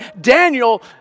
Daniel